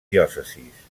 diòcesis